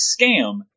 scam